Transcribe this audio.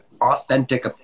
authentic